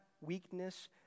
weakness